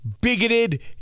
bigoted